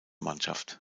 mannschaft